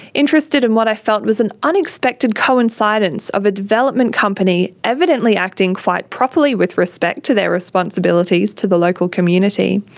interested in what i felt was an unexpected co-incidence of a development company evidently acting quite properly with respect to their responsibilities to the local community,